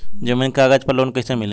जमीन के कागज पर लोन कइसे मिली?